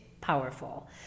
powerful